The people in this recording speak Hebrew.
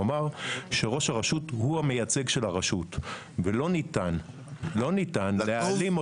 הוא אמר שראש הרשות הוא המייצג של הרשות ולא ניתן לא ניתן להעלים אותו.